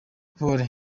polly